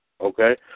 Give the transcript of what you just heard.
Okay